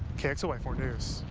k x l y four news